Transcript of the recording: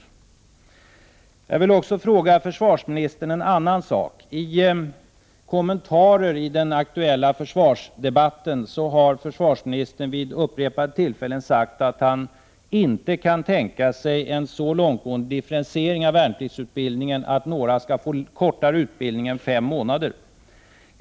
Jag vill också fråga försvarsministern en annan sak. I kommentarer i den aktuella försvarsdebatten har försvarsministen vid upprepade tillfällen sagt att han inte kan tänka sig en så långtgående differentiering av värnpliktsutbildningen att några skall få kortare utbildning än fem månader.